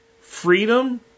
freedom